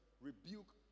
Rebuke